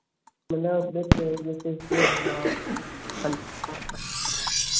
मतलब जैसे जैसे सेब हुआ हुआ